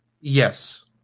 Yes